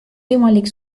võimalik